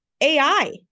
AI